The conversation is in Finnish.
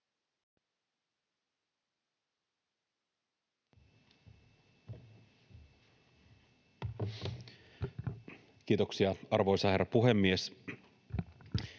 Kiitoksia, arvoisa herra puhemies!